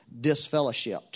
disfellowshipped